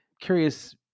Curious